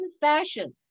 fashion